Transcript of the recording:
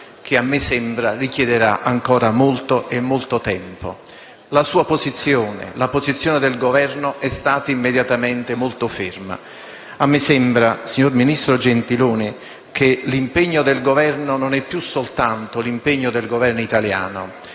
che, a me sembra, richiederà ancora molto, molto tempo. La sua posizione, la posizione del Governo, è stata immediatamente molto ferma. A me sembra, signor ministro Gentiloni, che l'impegno del Governo non sia più soltanto quello del Governo italiano,